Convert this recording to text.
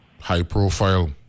high-profile